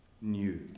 new